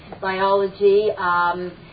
biology